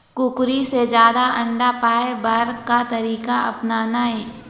कुकरी से जादा अंडा पाय बर का तरीका अपनाना ये?